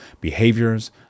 behaviors